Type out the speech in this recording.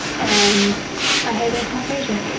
and i have aphantasia.